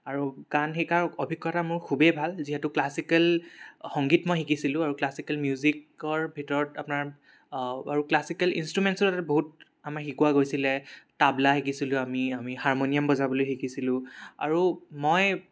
আৰু গান শিকৰ অভিজ্ঞতা মোৰ খুবেই ভাল যিহেতু ক্লাছিকেল সংগীত মই শিকিছিলো আৰু ক্লাছিকেল মিউজিকৰ ভিতৰত আপোনাৰ আৰু ক্লাছিকেল ইনষ্ট্ৰোমেণ্টছৰ বহুত আমাক শিকোৱা গৈছিলে তাবলা শিকিছিলো আমি আমি হাৰ্মনিয়াম বজাবলৈ শিকিছিলো আৰু মই